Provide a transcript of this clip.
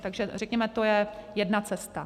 Takže, řekněme, to je jedna cesta.